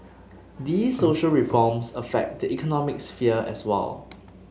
these social reforms affect the economic sphere as well